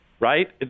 Right